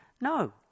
No